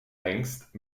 längst